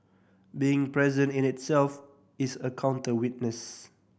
being present in itself is a counter witness